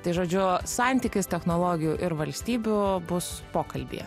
tai žodžiu santykis technologijų ir valstybių bus pokalbyje